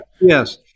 yes